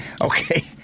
Okay